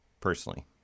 personally